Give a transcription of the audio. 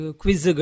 quiz